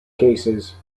cases